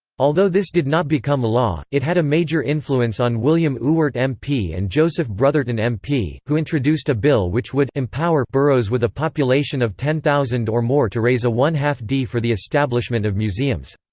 although this did not become law, it had a major influence on william ewart mp and joseph brotherton mp, who introduced a bill which would empower boroughs with a population of ten thousand or more to raise a one two d for the establishment of museums.